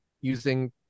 using